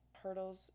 hurdles